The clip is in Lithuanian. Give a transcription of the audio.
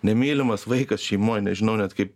nemylimas vaikas šeimoj nežinau net kaip